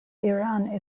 iran